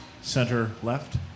center-left